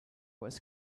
was